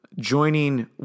joining